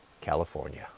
California